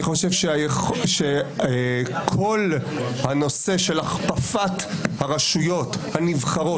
אני חושב שכל הנושא של הכפפת הרשויות הנבחרות